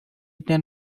ten